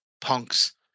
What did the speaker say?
Punk's